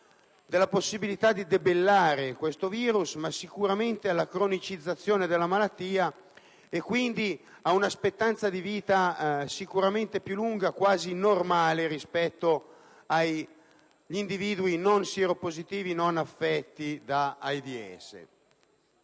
della possibilità di debellare questo virus, ma sicuramente della cronicizzazione della malattia e quindi ad una aspettativa di vita sicuramente più lunga, quasi normale rispetto agli individui non affetti da AIDS.